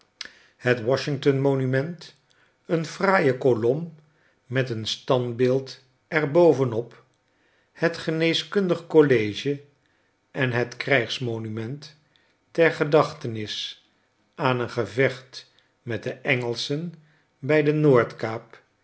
het washington monument een fraaie kolom met een standbeeld er bovenop het geneeskundig college en het krijgsmonument ter gedachtenis aan een gevecht met de engelschen bij de